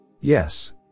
Yes